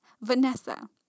Vanessa